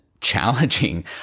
challenging